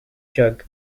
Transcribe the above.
jug